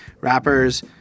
rappers